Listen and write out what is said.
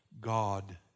God